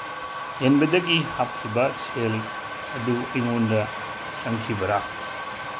ꯍꯦꯟꯕꯗꯒꯤ ꯍꯥꯞꯈꯤꯕ ꯁꯦꯜ ꯑꯗꯨ ꯑꯩꯉꯣꯟꯗ ꯆꯪꯈꯤꯕꯔꯥ